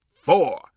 four